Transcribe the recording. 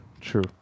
True